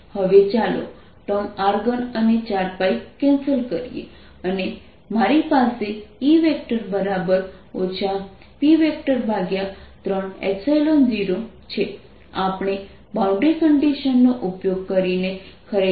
હવે ચાલો ટર્મ r3અને 4 કેન્સલ કરીએ અને મારી પાસે E P30 છે આપણે બાઉન્ડ્રી કન્ડિશન નો ઉપયોગ કરીને ખરેખર જવાબ મેળવ્યો હતો